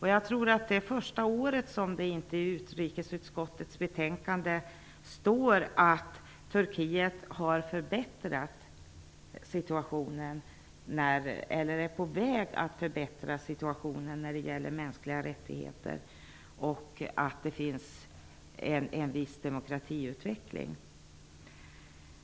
Jag tror att detta är det första året som det inte i utrikesutskottets betänkande står att Turkiet är på väg att förbättra situationen när det gäller mänskliga rättigheter och att det där existerar en viss demokratiutveckling.